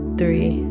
three